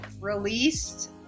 released